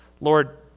Lord